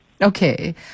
Okay